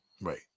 Right